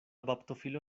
baptofilo